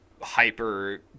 hyper